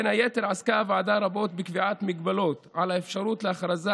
בין היתר עסקה הוועדה רבות בקביעת הגבלות על האפשרות להכרזה